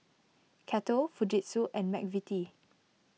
Kettle Fujitsu and Mcvitie's